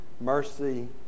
mercy